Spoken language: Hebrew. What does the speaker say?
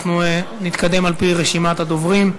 אנחנו נתקדם על-פי רשימת הדוברים.